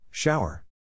Shower